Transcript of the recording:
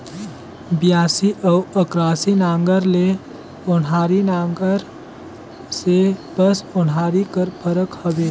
बियासी अउ अकरासी नांगर ले ओन्हारी नागर मे बस ओन्हारी कर फरक हवे